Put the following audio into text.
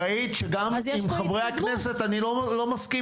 ראית שגם עם חברי הכנסת אני לא מסכים